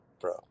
bro